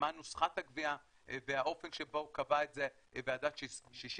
מה נוסחת הגבייה והאופן שבו קבעה את זה ועדת ששינסקי,